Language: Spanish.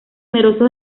numerosos